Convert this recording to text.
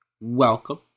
welcome